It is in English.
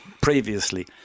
previously